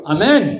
Amen